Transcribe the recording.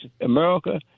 America